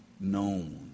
known